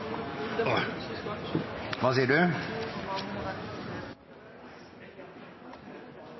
hva du